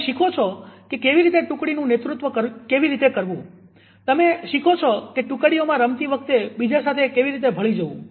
તમે શીખો છે કે કેવી રીતે ટુકડીનું નેતૃત્વ કેવી રીતે કરવું તમે શીખો છો કે ટુકડીઓમાં રમતી વખતે બીજા સાથે કેવી રીતે ભળી જવું